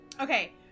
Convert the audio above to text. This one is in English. Okay